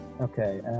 Okay